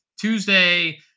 Tuesday